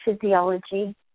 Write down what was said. physiology